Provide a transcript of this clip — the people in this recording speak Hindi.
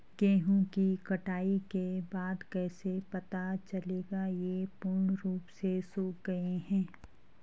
गेहूँ की कटाई के बाद कैसे पता चलेगा ये पूर्ण रूप से सूख गए हैं?